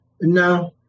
No